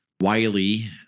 Wiley